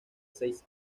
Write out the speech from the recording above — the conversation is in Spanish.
seis